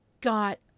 got